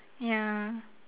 ya